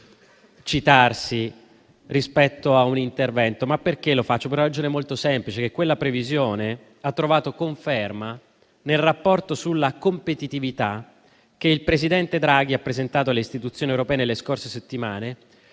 inelegante citarsi rispetto a un intervento. Lo faccio per una ragione molto semplice, vale a dire che quella previsione ha trovato conferma nel rapporto sulla competitività che il Presidente Draghi ha presentato alle Istituzioni europee nelle scorse settimane